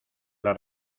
las